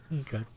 Okay